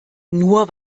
nur